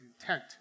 intent